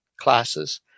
classes